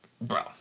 Bro